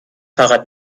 fahrrad